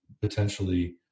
potentially